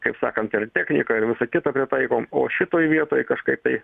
kaip sakant ar techniką ir visą kitą pritaikom o šito vietoj tai kažkaip